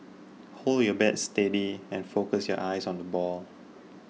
hold your bat steady and focus your eyes on the ball